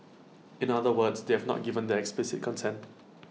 in other words they have not given their explicit consent